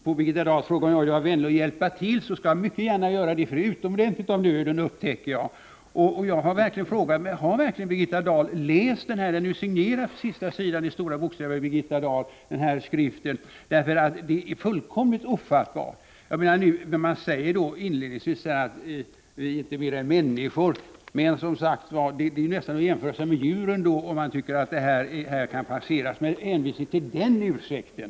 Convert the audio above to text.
Herr talman! Birgitta Dahl frågade om jag ville vara vänlig och hjälpa till. Det skall jag mycket gärna göra, eftersom jag har upptäckt att det sannerligen är av nöden. Jag har undrat om Birgitta Dahl verkligen har läst skriften om kärnkraftens avveckling. Den är visserligen signerad av Birgitta Dahl — hennes namn står med stora bokstäver på sista sidan — men det är fullkomligt ofattbart att hon kan ha godkänt den. I sitt frågesvar till mig i dag säger Birgitta Dahl: ”Vi är inte mer än människor.” Det är nästan som att jämföra sig med djuren, om man tycker att skriften kan passera med hänvisning till den ursäkten.